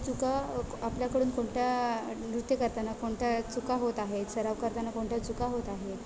चुका आपल्याकडून कोणत्या नृत्य करताना कोणत्या चुका होत आहेत सराव करताना कोणत्या चुका होत आहेत